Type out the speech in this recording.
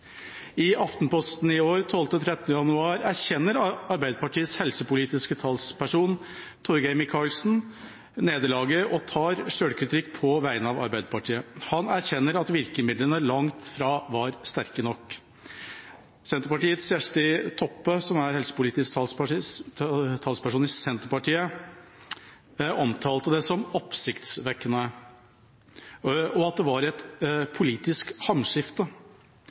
I Aftenposten 13. januar i år erkjenner Arbeiderpartiets helsepolitiske talsperson, Torgeir Micaelsen, nederlaget og tar selvkritikk på vegne av Arbeiderpartiet. Han erkjenner at virkemidlene langt fra var sterke nok. Senterpartiets Kjersti Toppe, som er helsepolitisk talsperson i Senterpartiet, omtalte det som «oppsiktsvekkende» og at det var et politisk